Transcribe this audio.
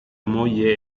moglie